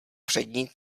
přední